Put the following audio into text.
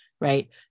right